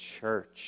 church